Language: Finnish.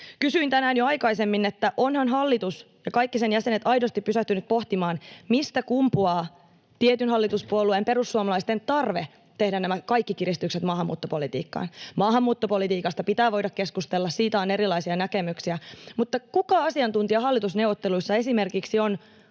Kysyin tänään jo aikaisemmin, että ovathan hallitus ja kaikki sen jäsenet aidosti pysähtyneet pohtimaan, mistä kumpuaa tietyn hallituspuolueen, perussuomalaisten, tarve tehdä nämä kaikki kiristykset maahanmuuttopolitiikkaan. Maahanmuuttopolitiikasta pitää voida keskustella, siitä on erilaisia näkemyksiä, mutta kuka asiantuntija hallitusneuvotteluissa on esimerkiksi